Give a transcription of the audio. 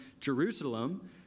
Jerusalem